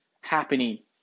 happening